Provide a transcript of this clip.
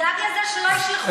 תדאג לזה שלא ישלחו ילדים,